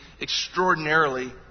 extraordinarily